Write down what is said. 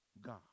God